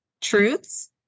truths